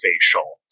facial